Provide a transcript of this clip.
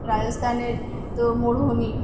রাজস্থানে তো মরুভূমি